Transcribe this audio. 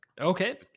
Okay